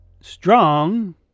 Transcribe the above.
strong